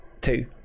two